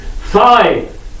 Five